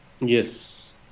Yes